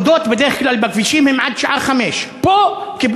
בדרך כלל העבודות בכבישים הן עד השעה 17:00. פה קיבלו